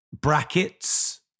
brackets